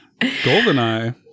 Goldeneye